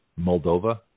Moldova